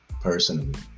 personally